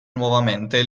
nuovamente